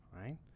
Right